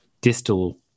distal